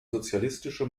sozialistische